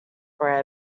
bread